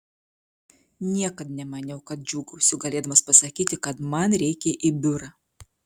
niekad nemaniau kad džiūgausiu galėdamas pasakyti kad man reikia į biurą